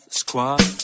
squad